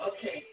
Okay